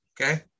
okay